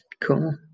Cool